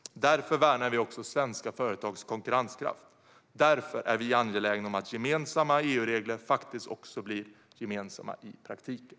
Därför värnar vi också svenska företags konkurrenskraft. Därför är vi angelägna om att gemensamma EU-regler faktiskt också blir gemensamma i praktiken.